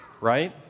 right